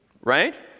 right